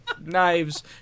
knives